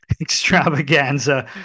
extravaganza